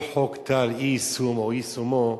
כל חוק טל, אי-יישומו או יישומו,